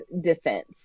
defense